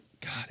God